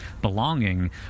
belonging